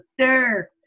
sir